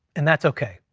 and that's okay.